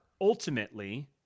ultimately